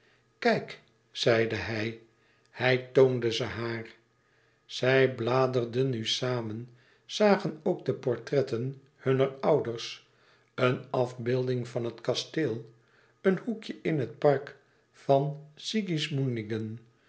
kijk zeide hij hij toonde ze haar zij bladerden nu samen zagen ook de portretten hunner ouders een afbeelding van het kasteel een hoekje in het park van